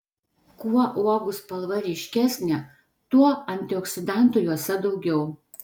kuo uogų spalva ryškesnė tuo antioksidantų jose daugiau